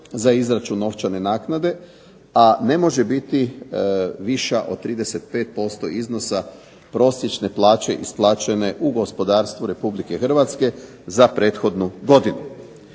za izračun novčane naknade, a ne može biti viša od 35% iznosa prosječne plaće isplaćene u gospodarstvu Republike Hrvatske za prethodnu godinu.